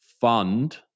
fund